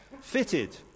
fitted